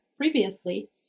previously